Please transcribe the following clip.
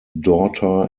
daughter